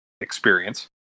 experience